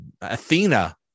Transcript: athena